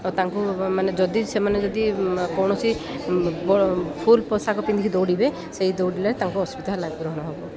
ଆଉ ତାଙ୍କୁ ମାନେ ଯଦି ସେମାନେ ଯଦି କୌଣସି ଫୁଲ୍ ପୋଷାକ ପିନ୍ଧିକି ଦୌଡ଼ିବେ ସେଇ ଦୌଡ଼ିଲେ ତାଙ୍କୁ ଅସୁବିଧା ଲାଭ ଗ୍ରହଣ ହବ